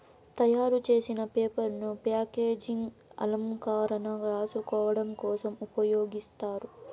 తయారు చేసిన పేపర్ ను ప్యాకేజింగ్, అలంకరణ, రాసుకోడం కోసం ఉపయోగిస్తారు